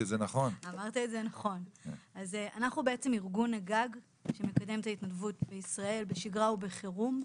אנחנו ארגון גג שמקדם את ההתנדבות בישראל בשגרה ובחירום.